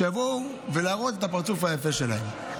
שיבואו ויראו את הפרצוף היפה שלהם,